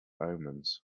omens